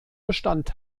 bestand